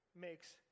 makes